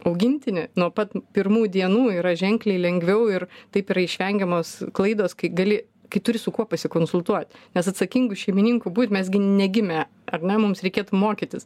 augintinį nuo pat pirmų dienų yra ženkliai lengviau ir taip yra išvengiamos klaidos kai gali kai turi su kuo pasikonsultuoti nes atsakingu šeimininku būt mes gi negimę ar ne mums reikėtų mokytis